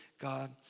God